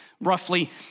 roughly